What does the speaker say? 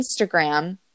Instagram